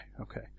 okay